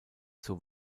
zur